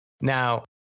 Now